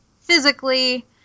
physically